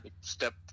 Step